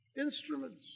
instruments